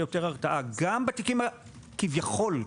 יותר הרתעה גם בתיקים ה"קטנים" כביכול,